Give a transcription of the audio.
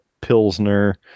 pilsner